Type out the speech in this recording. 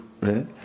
right